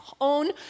own